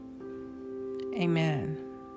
Amen